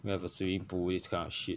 and have a swimming pool this kind of shit